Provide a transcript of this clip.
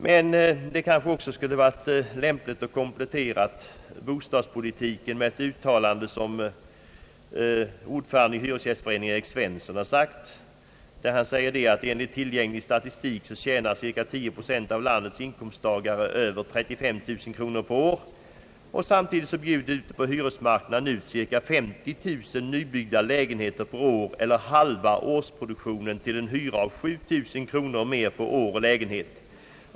Det hade kanske emellertid varit lämpligt att komplettera bostadspolitiken med ett uttalande av ordföranden i Hyresgästföreningen, Erik Svensson: Enligt tillgänglig statistik tjänar cirka 10 procent av landets löntagare över 35000 kronor per år. Samtidigt bjuds på hyresmarknaden ut cirka 50 000 nybyggda lägenheter per år, eller halva årsproduktionen, till en hyra av 7000 kronor per år.